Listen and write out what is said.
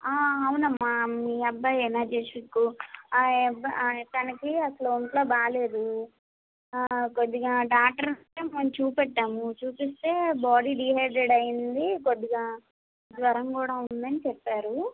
అవునమ్మా మీ అబ్బాయేనా జశ్విక్ ఆ అబ్బ తనకి అసలు ఒంట్లో బాలేదు కొద్దిగా డాక్టరు వస్తే మేము చూపెట్టాము చూపిస్తే బాడీ డీహైడ్రేట్ అయింది కొద్దిగా జ్వరం కూడా ఉందని చెప్పారు